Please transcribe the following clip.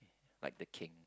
like the king